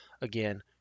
Again